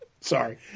sorry